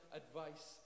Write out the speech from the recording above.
advice